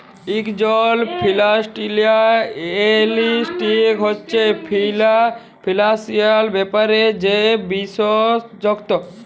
ইকজল financial analyst হছে financial ব্যাপারে যে বিশেষজ্ঞ